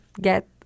get